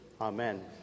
Amen